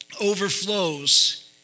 overflows